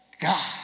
God